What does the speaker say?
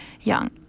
young